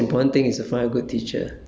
you must find a good teacher lah